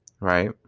right